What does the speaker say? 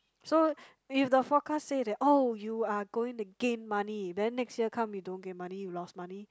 so if the forecast say that oh you are going to gain money then next year come you don't gain money you lost money